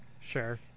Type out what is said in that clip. sure